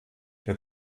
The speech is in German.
der